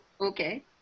Okay